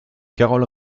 carole